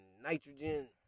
nitrogen